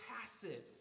passive